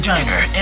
Diner